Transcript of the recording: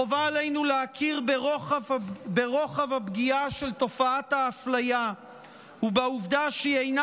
חובה עלינו להכיר ברוחב הפגיעה של תופעת האפליה ובעובדה שהיא אינה